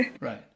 right